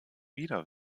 wieder